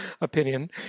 opinion